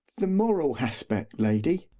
the moral haspect, lady.